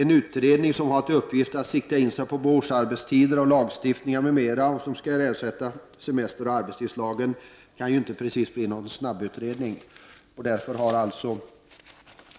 En utredning som har till uppgift att sikta in sig på årsarbetstid, lagstiftning m.m. som skall ersätta semesteroch arbetstidslagarna, kan ju inte precis bli någon snabbutredning. Därför har